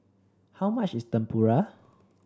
how much is Tempura